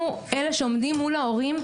אנחנו אלה שעומדים מול ההורים,